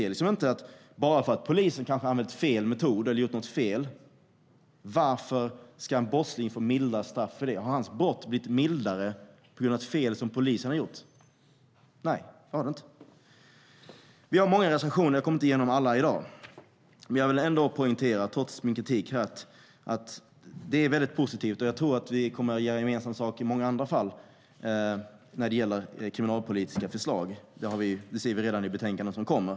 Bara för att polisen har använt fel metod eller gjort något annat fel ska inte en brottsling få mildare straff. Hans brott har knappast blivit mildare för att polisen har gjort fel. Vi har många reservationer, och jag kommer inte att gå igenom alla i dag. Jag vill dock poängtera, trots min kritik, att det är positivt att vi gör gemensam sak. Jag tror att vi kommer att göra gemensam sak i många andra fall när det gäller kriminalpolitiska förslag. Det ser vi redan i betänkanden som kommer.